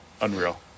Unreal